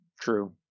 True